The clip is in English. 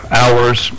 hours